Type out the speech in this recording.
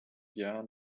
jahren